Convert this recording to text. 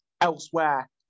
elsewhere